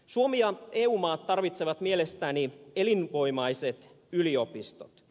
suomi ja eu maat tarvitsevat mielestäni elinvoimaiset yliopistot